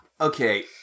okay